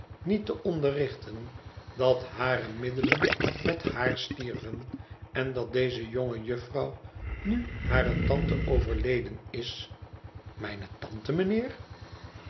niet te onderrichten dat hare middelen met haar stierven en dat deze jonge jufvrouw nu hare tante overleden is mijne tante mijnheer